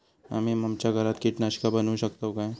आम्ही आमच्या घरात कीटकनाशका बनवू शकताव काय?